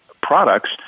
products